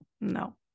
No